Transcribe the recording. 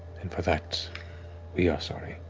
and for that we are sorry.